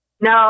No